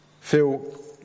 Feel